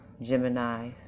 Gemini